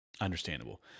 understandable